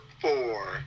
four